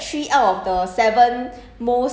they tried to prank the woman ah the woman